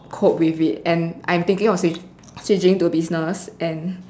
cope with it and I'm thinking of switch switching to business and